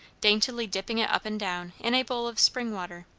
daintily dipping it up and down in a bowl of spring-water.